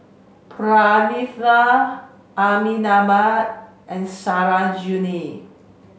Pranav Amitabh and Sarojini